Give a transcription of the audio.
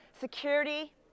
security